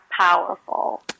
powerful